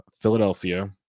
Philadelphia